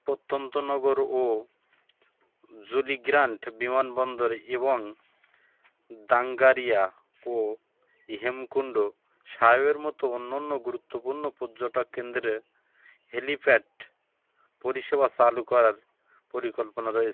প্রত্যন্ত নগর ও জোলি গ্র্যান্ট বিমানবন্দর এবং গাঙ্গারিয়া ও হেমকুণ্ড সাহেবের মতো অন্য অন্য গুরুত্বপূর্ণ পর্যটক কেন্দ্রে হেলিপ্যাড পরিষেবা চালু করার পরিকল্পনা রয়েছে